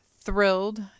thrilled